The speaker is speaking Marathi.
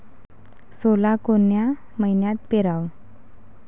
सोला कोन्या मइन्यात पेराव?